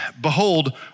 behold